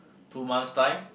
two months' time